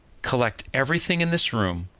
collect every thing in this room,